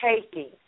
taking